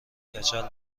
کچل